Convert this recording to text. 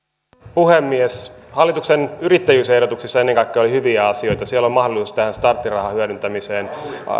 puhemies hallituksen yrittäjyysehdotuksissa ennen kaikkea oli hyviä asioita siellä on mahdollisuus tähän starttirahan hyödyntämiseen